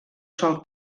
sol